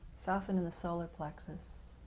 soften in the solar plexus.